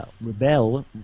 rebel